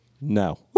no